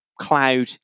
cloud